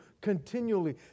continually